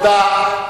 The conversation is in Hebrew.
תודה.